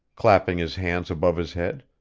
clapping his hands above his head,